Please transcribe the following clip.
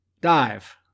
dive